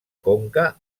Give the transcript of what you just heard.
conca